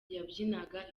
yabyinaga